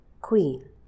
Queen